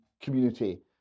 community